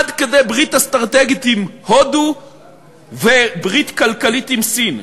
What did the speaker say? עד כדי ברית אסטרטגית עם הודו וברית כלכלית עם סין.